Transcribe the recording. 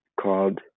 called